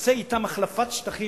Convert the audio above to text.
נעשה אתם החלפת שטחים,